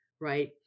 right